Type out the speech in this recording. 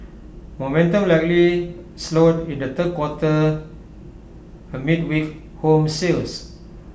momentum likely slowed in the third quarter amid weak home sales